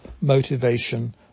motivation